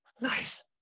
nice